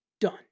Done